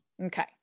Okay